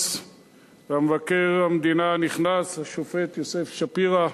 ומבקר המדינה הנכנס השופט יוסף שפירא,